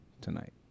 Tonight